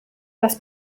das